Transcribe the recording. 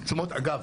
אגב,